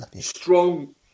strong